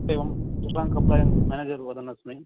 एवं Shashank appliance manager वदन्नस्मि